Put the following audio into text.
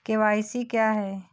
KYC क्या है?